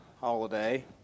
holiday